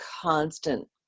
constant